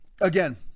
again